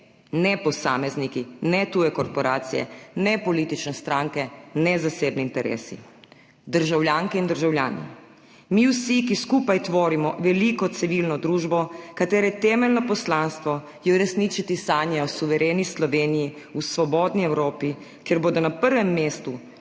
ne posamezniki, ne tuje korporacije, ne politične stranke, ne zasebni interesi – državljanke in državljani. Mi vsi, ki skupaj tvorimo veliko civilno družbo, katere temeljno poslanstvo je uresničiti sanje o suvereni Sloveniji v svobodni Evropi, kjer bodo na prvem mestu